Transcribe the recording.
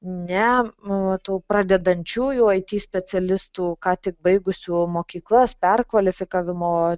ne tų pradedančiųjų it specialistų ką tik baigusių mokyklas perkvalifikavimo